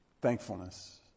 thankfulness